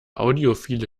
audiophile